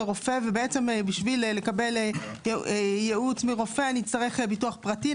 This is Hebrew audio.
רופא ובעצם בשביל לקבל ייעוץ מרופא אני אצטרך ביטוח פרטי,